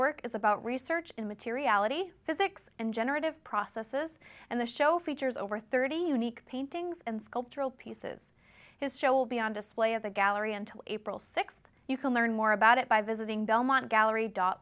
work is about research in materiality physics and generative processes and the show features over thirty units paintings and sculptural pieces his show be on display at the gallery until april th you can learn more about it by visiting belmont gallery dot